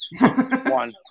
one